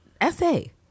essay